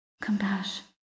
compassion